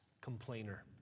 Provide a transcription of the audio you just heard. complainer